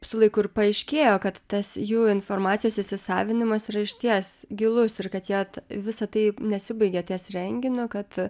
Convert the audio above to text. su laiku ir paaiškėjo kad tas jų informacijos įsisavinimas yra išties gilus ir kad jie visa tai nesibaigia ties renginiu kad